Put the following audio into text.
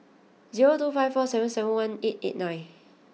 zero two five four seven seven one eight eight nine